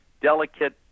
delicate